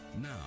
now